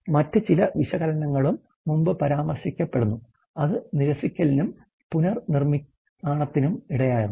മറ്റ് ചില വിശകലനങ്ങളും മുമ്പ് പരാമർശിക്കപ്പെടുന്നു അത് നിരസിക്കലിനും പുനർനിർമ്മാണത്തിനും ഇടയാക്കും